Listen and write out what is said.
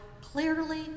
clearly